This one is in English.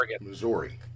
Missouri